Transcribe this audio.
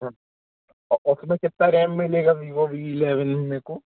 हाँ उसमें कितना रैम मिलेगा वीवो वी इलेवेन में मेको